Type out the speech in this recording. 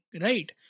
Right